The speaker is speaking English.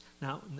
Now